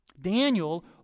Daniel